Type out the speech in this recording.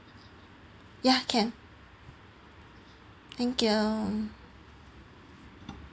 yeah can thank you